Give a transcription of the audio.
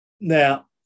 Now